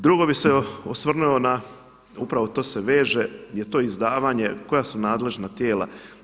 Drugo bih se osvrnuo na upravo to se veže je to izdavanje, koja su nadležna tijela?